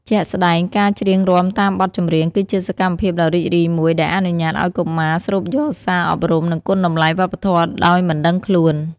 ជាក់ស្ដែង ការច្រៀងរាំតាមបទចម្រៀង គឺជាសកម្មភាពដ៏រីករាយមួយ ដែលអនុញ្ញាតឲ្យកុមារស្រូបយកសារអប់រំ និងគុណតម្លៃវប្បធម៌ដោយមិនដឹងខ្លួន។